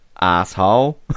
Asshole